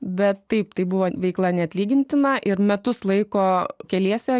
bet taip tai buvo veikla neatlygintina ir metus laiko keliese